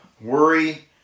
worry